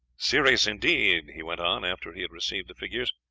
serious, indeed, he went on, after he had received the figures.